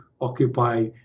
occupy